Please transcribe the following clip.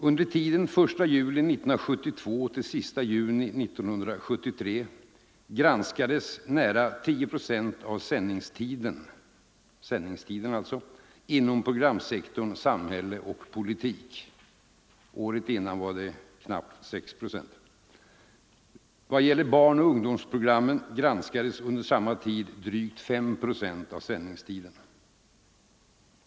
Under tiden 1 juli 1972 till sista juni 1973 granskades nära 10 procent av sändningstiden inom programsektorn samhälle och politik. Året innan granskades knappt 6 procent. I vad gäller barnoch ungdomsprogrammen granskades under samma tid drygt 5 procent av sändningstiden.